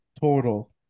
Total